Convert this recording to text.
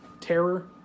terror